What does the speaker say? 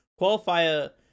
Qualifier